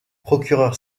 procureur